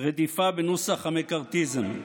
רדיפה בנוסח המקרתיזם.